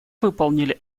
выполнили